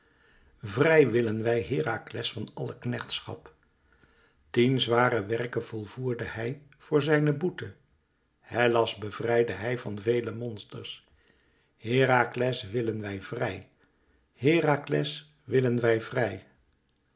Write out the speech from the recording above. vrij willen wij herakles van alle knechtschap tien zware werken volvoerde bij voor zijne boete hellas bevrijdde hij van vele monsters herakles willen wij vrij herakles willen wij vrij